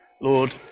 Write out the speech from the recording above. Lord